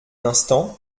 instant